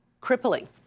crippling